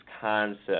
concept